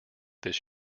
this